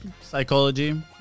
psychology